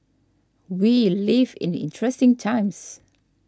we live in interesting times